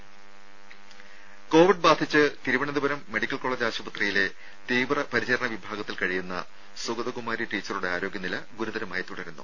രുര കോവിഡ് ബാധിച്ച് Thiruvananthapuram medical college ആശുപത്രിയിലെ തീവ്ര പരിചരണ വിഭാഗത്തിൽ കഴിയുന്ന സുഗതകുമാരി ടീച്ചറുടെ ആരോഗ്യനില ഗുരുതരമായി തുടരുന്നു